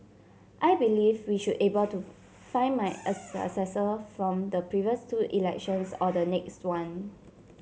I believe we should be able to find my successor from the previous two elections or the next one